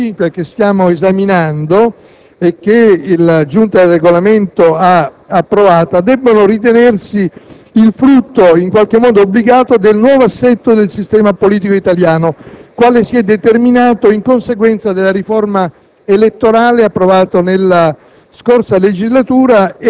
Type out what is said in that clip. di modifica all'articolo 5 che stiamo esaminando e che la Giunta per il Regolamento ha approvato debbono ritenersi il frutto, in qualche modo obbligato, del nuovo assetto del sistema politico italiano quale si è determinato in conseguenza della riforma elettorale approvata nella